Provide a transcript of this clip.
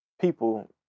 people